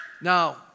Now